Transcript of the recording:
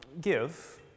give